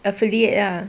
affiliate lah